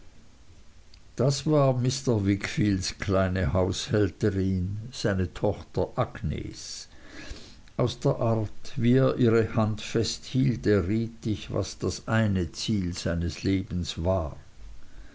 das war mr wickfields kleine haushälterin seine tochter agnes aus der art wie er ihre hand festhielt erriet ich was das eine ziel seines lebens war